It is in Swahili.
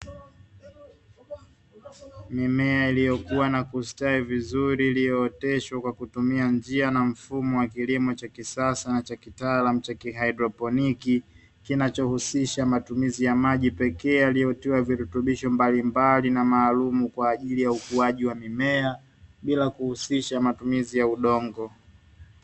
Mimea iliyokua na kustawi vizuri iliyooteshwa kwa kutumia njia na mfumo wa kilimo cha kisasa cha kitaalamu cha kihaidroponi, kinachohusisha matumizi ya maji pekee yaliyotiwa virutubisho mbalimbali na maalumu kwa ajili ya ukuaji wa mimea, bila kuhusisha matumizi ya udongo.